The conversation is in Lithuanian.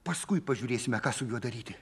paskui pažiūrėsime ką su juo daryti